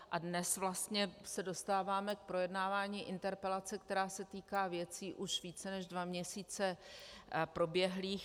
A dnes se vlastně dostáváme k projednávání interpelace, která se týká věcí už více než dva měsíce proběhlých.